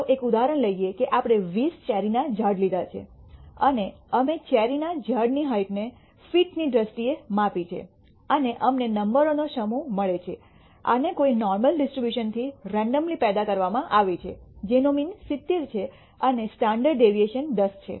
ચાલો એક ઉદાહરણ લઈએ કે આપણે 20 ચેરીના ઝાડ લીધા છે અને અમે ચેરીના ઝાડની હાઈટને ફીટની દ્રષ્ટિએ માપી છે અને અમને નંબરોનો સમૂહ મળે છે આને કોઈ નોર્મલ ડિસ્ટ્રીબ્યુશન થી રેન્ડમલી પેદા કરવામાં આવી છે જેનો મીન 70 છે અને સ્ટાન્ડર્ડ ડેવિએશન 10 છે